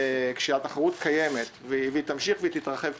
כשהתחרות קיימת והיא תמשיך ותתרחב כנראה,